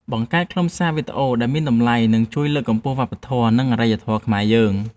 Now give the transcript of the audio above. បង្កើតខ្លឹមសារវីដេអូដែលមានតម្លៃនឹងជួយលើកកម្ពស់វប្បធម៌ និង អរិយធម៌ខ្មែរយើង។